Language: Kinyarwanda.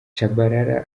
tchabalala